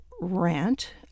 rant